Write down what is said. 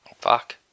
Fuck